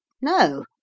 No